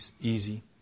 easy